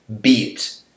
beat